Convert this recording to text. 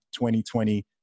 2020